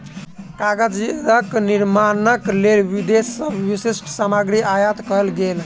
कागजक निर्माणक लेल विदेश से विशिष्ठ सामग्री आयात कएल गेल